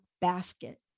basket